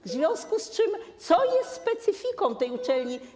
W związku z tym co jest specyfiką tej uczelni?